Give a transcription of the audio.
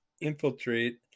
infiltrate